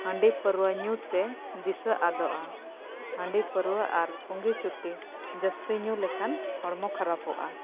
ᱦᱟᱺᱰᱤ ᱯᱟᱨᱣᱟᱹ ᱧᱩ ᱛᱮ ᱫᱤᱥᱟᱹ ᱟᱫᱚᱜᱼᱟ ᱦᱟᱺᱰᱤ ᱯᱟᱹᱣᱟᱹ ᱟᱨ ᱯᱩᱸᱜᱤ ᱪᱩᱴᱤ ᱡᱟᱹᱥᱛᱤ ᱧᱩ ᱞᱮᱠᱷᱟᱱ ᱦᱚᱲᱢᱚ ᱠᱷᱟᱨᱟᱯᱚᱜᱼᱟ